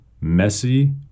messy